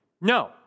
No